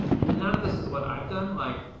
and none of this is what i've done, like,